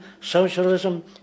Socialism